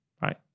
Right